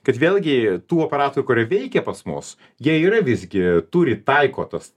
kad vėlgi tų aparatų kurie veikia pas mus jie yra visgi turi taiko tas